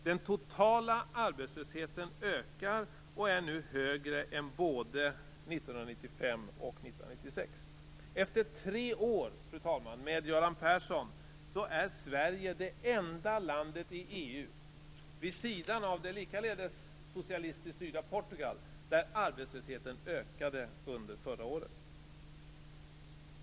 Den totala arbetslösheten ökar och är nu högre än både 1995 och 1996. Efter tre år med Göran Persson är Sverige det enda landet i EU - vid sidan av det likaledes socialistiskt styrda Portugal - där arbetslösheten ökade förra året.